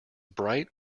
bright